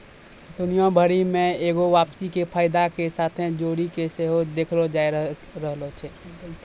दुनिया भरि मे एगो वापसी के फायदा के साथे जोड़ि के सेहो देखलो जाय रहलो छै